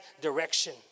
direction